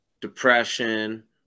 depression